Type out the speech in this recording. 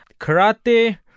karate